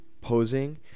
Posing